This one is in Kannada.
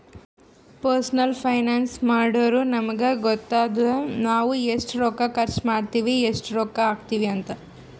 ಪರ್ಸನಲ್ ಫೈನಾನ್ಸ್ ಮಾಡುರ್ ನಮುಗ್ ಗೊತ್ತಾತುದ್ ನಾವ್ ಎಸ್ಟ್ ರೊಕ್ಕಾ ಖರ್ಚ್ ಮಾಡ್ತಿವಿ, ಎಸ್ಟ್ ರೊಕ್ಕಾ ಹಾಕ್ತಿವ್ ಅಂತ್